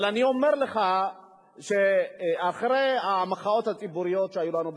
אבל אני אומר לך שאחרי המחאות הציבוריות שהיו לנו בקיץ,